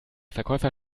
verkäufer